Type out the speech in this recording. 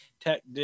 tech